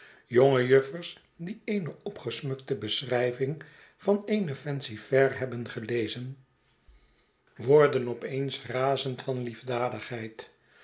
jonge juffers die eene opgesmukte beschryving van eene fancy fair hebben gelezen worden op eens razend van liefdadigheid